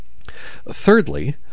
Thirdly